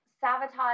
sabotage